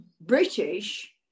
british